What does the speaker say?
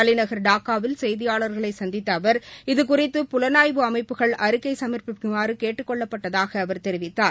தலைநகர் டாக்காவில் செய்தியாளர்களை சந்தித்த அவர் இது குறித்து புலனாய்வு அமைப்புகள் அறிக்கை சம்ப்பிக்குமாறு கேட்டுக் கொள்ளப்பட்டுள்ளதாக அவர் தெரிவித்தார்